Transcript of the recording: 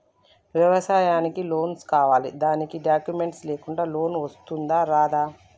వ్యవసాయానికి లోన్స్ కావాలి దానికి డాక్యుమెంట్స్ లేకుండా లోన్ వస్తుందా రాదా?